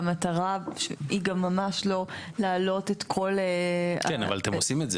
והמטרה היא גם ממש לא להעלות את כל זה -- כן אבל אתם עושים את זה.